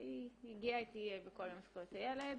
היא הגיעה איתי בכל יום לזכויות הילד.